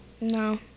No